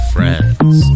Friends